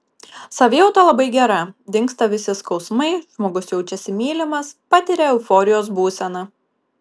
savijauta labai gera dingsta visi skausmai žmogus jaučiasi mylimas patiria euforijos būseną